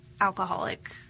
alcoholic